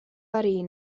arī